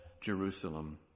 jerusalem